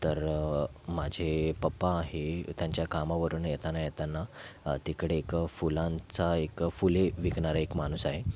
तर माझे पप्पा आहे त्यांच्या कामावरून येताना येताना तिकडे एक फुलांचा एक फुले विकणारा एक माणूस आहे